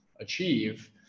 achieve